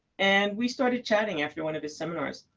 and we started chatting after one of his seminars.